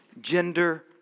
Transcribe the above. gender